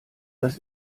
das